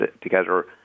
together